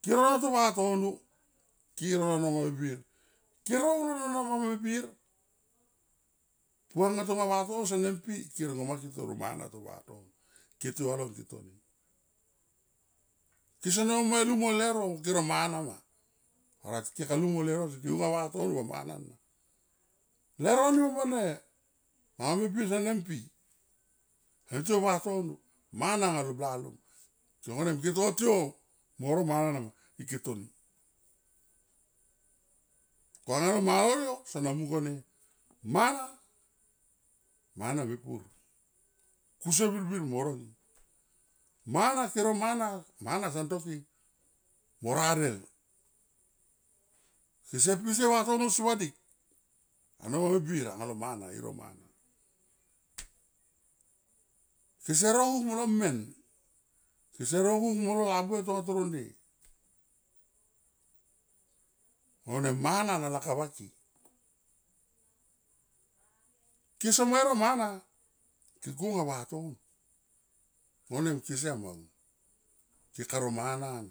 Kero ato vatono, kero ano manga me bir kero un lo manga me bir puanga to vatono sene pi kering ngo make toro mana ato vatono ke tiou alon ke toni kese ne moma i lung mo leuro me ke ro mana ma orait keka lung mo leuro sil ke gua a vatono va mana leuro ni buop va ne manga me bir sene mpi son tiou vatono mana nga lo blalom long vanem ke to tiou mo ro mana nama ke toni ko anga lo mana lol yo sona mung kone mara, mana mepur kusier birbir mo roie mana ke ro mana, mana son toke mo radel kese pise vatono si vadik ano manga me bir anga lo mana i ro mana. Kese rokuk molo men kese rokuk molo labuhe tonga toron nde vanem mana na lakap va ke kesama i ro mana ke go nga vatono vanem ke siam aun ke ka ro mana.